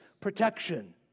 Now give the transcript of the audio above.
protection